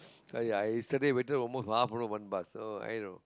ya I yesterday waited almost half an hour for one bus so I know